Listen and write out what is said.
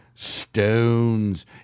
stones